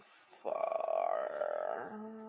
far